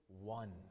one